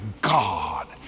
God